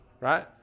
right